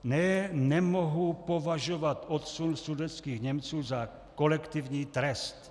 Ne, nemohu považovat odsun sudetských Němců za kolektivní trest.